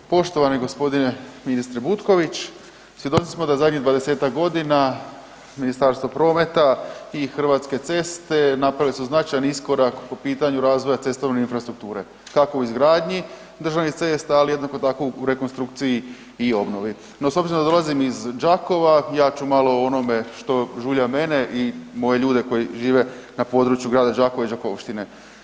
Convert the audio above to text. Poštovani g. ministre Butković, svjedoci smo da zadnjih 20-ak godina Ministarstvo prometa i Hrvatske ceste napravili su značajni iskorak po pitanju razvoja cestovne infrastrukture, kako u izgradnji državnih cesta ali jednako i u rekonstrukciji i obnovi no s obzirom da dolazim iz Đakova, ja ću malo o onome što žulja mene i moje ljude koji žive na području grada Đakova i Đakovštine.